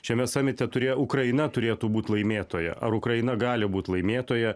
šiame samite turėjo ukraina turėtų būt laimėtoja ar ukraina gali būt laimėtoja